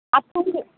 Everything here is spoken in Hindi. आपको भी दो